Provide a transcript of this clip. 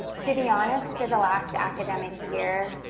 to be honest, for the last academic year,